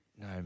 No